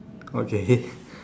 okay